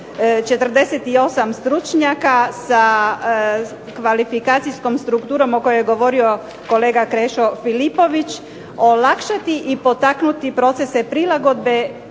48 stručnjaka sa kvalifikacijskom strukturom o kojoj je govorio kolega Filipović, olakšati i potaknuti procese prilagodbe